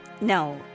No